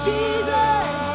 Jesus